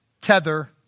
tether